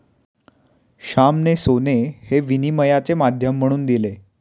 श्यामाने सोने हे विनिमयाचे माध्यम म्हणून दिले